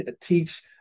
teach